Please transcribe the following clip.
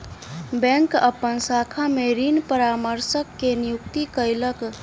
bank अपन शाखा में ऋण परामर्शक के नियुक्ति कयलक